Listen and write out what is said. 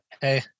Hey